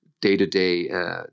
day-to-day